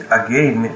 again